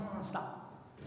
stop